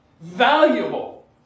valuable